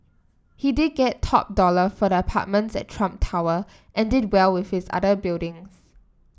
he did get top dollar for the apartments at Trump Tower and did well with his other buildings